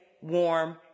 warm